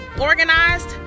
organized